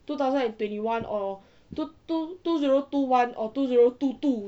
two thousand and twenty one or two two two zero two one or two zero two two